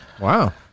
Wow